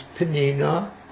Penina